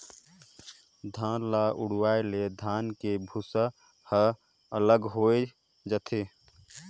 धान ल उड़वाए ले धान के भूसा ह अलग होए जाथे